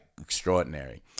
extraordinary